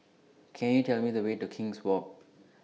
Can YOU Tell Me The Way to King's Walk